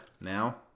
now